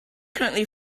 currently